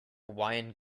hawaiian